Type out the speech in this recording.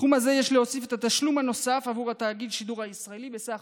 לסכום הזה יש להוסיף את התשלום הנוסף בעבור תאגיד השידור הישראלי בסך